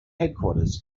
headquarters